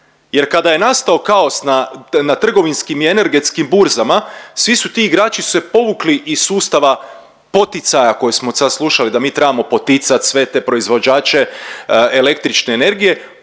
jer kada je nastao kaos na, na trgovinskim i energetskim burzama svi su ti igrači su se povukli iz sustava poticaja koje smo sad slušali da mi trebamo poticat sve te proizvođače električne energije,